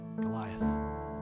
Goliath